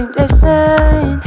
listen